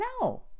no